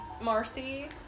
Marcy